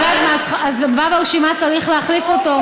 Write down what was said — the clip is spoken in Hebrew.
אבל אז הבא ברשימה צריך להחליף אותו.